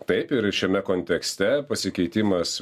taip ir šiame kontekste pasikeitimas